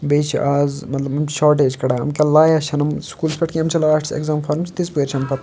بیٚیہِ چھِ اَز مطلب یِم چھِ شاٹیج کَڈان مطلب لایان چھِنہٕ یِم سکوٗلَس پٮ۪ٹھ کیٚنٛہہ یِم چھِ لاسٹس ایٚگزام فارٕمس تِژھٕ پھِر چھ نہٕ پَتہٕ